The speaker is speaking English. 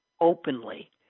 openly